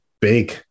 big